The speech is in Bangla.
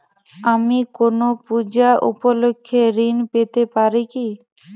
আমি কোনো পূজা উপলক্ষ্যে ঋন পেতে পারি কি?